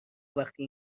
وقتی